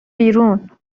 بیرون